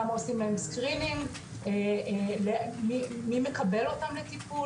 כמה עושים להם screening ומי מקבל אותם לטיפול,